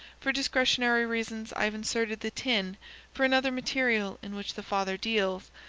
for discretionary reasons i have inserted the tin for another material in which the father deals,